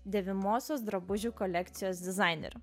dėvimosios drabužių kolekcijos dizainerio